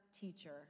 teacher